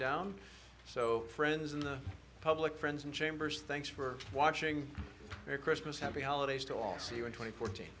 down so friends in the public friends and chambers thanks for watching merry christmas happy holidays to all see you in twenty fourteen